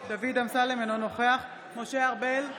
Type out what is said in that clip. אינו נוכח משה ארבל,